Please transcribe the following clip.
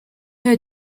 her